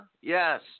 Yes